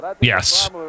Yes